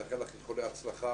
לאחל לך איחולי הצלחה,